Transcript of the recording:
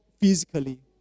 physically